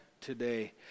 today